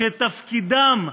שתפקידם,